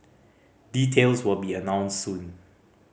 details will be announced soon